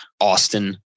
Austin